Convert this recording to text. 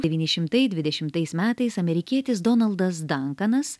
devyni šimtai dvidešimtais metais amerikietis donaldas dankanas